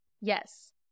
Yes